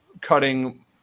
cutting